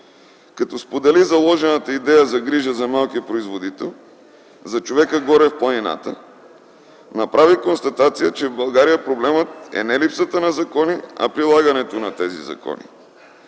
Като сподели заложената идея за грижа за малкия производител, за човека горе в планината, направи констатация, че в България проблемът е не липсата на закони, а прилагането на тези закони.